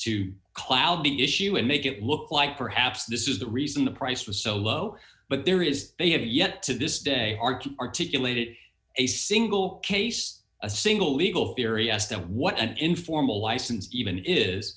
to cloud the issue and make it look like perhaps this is the reason the price was so low but there is they have yet to this day hard to articulate it a single case a single legal theory as to what an informal license even is